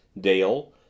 Dale